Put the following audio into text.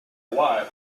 wife